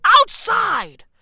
outside